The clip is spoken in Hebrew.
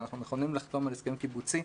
ואנחנו מוכנים לחתום על הסכם קיבוצי,